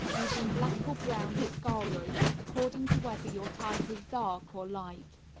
using black or brown mascaro according to whether your type is dark or light.